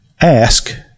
ask